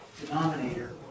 denominator